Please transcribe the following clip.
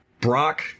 Brock